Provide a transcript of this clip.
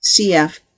CF